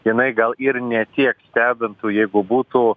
jinai gal ir ne tiek stebintų jeigu būtų